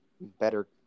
better